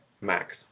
max